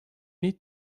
need